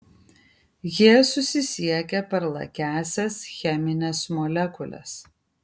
jie susisiekia per lakiąsias chemines molekules